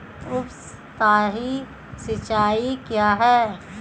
उपसतही सिंचाई क्या है?